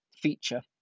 feature